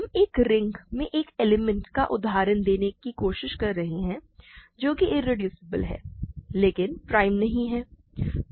हम एक रिंग में एक एलिमेंट का उदाहरण देने की कोशिश कर रहे हैं जो कि इरेड्यूसिबल है लेकिन प्राइम नहीं है